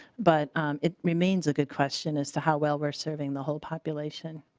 but it remains a good question as to how well we're serving the whole population.